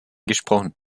gesprochen